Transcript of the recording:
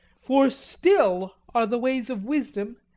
for still are the ways of wisdom,